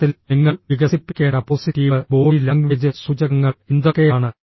ചുരുക്കത്തിൽ നിങ്ങൾ വികസിപ്പിക്കേണ്ട പോസിറ്റീവ് ബോഡി ലാംഗ്വേജ് സൂചകങ്ങൾ എന്തൊക്കെയാണ്